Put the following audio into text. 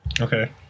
Okay